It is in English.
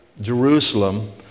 Jerusalem